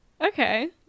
Okay